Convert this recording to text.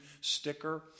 sticker